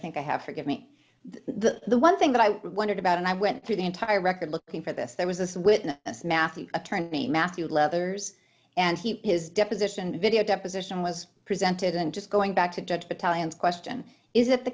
think i have to give me that the one thing that i wondered about and i went through the entire record looking for this there was this witness matthew attorney matthew leathers and he his deposition video deposition was presented and just going back to judge patel and question is it the